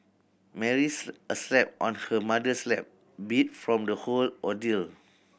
Mary asleep on her mother's lap beat from the whole ordeal